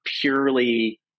purely